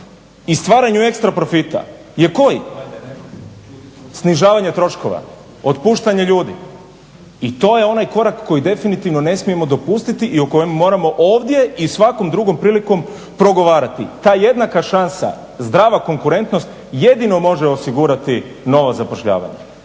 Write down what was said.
i stvaranju ekstra profita je koji? Snižavanje troškova, otpuštanje ljudi. I to je onaj korak koji definitivno ne smijemo dopustiti i o kojem moramo ovdje i svakom drugom prilikom progovarati, ta jednaka šansa, zdrava konkurentnost jedino može osigurati novo zapošljavanje